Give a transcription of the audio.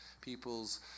People's